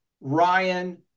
Ryan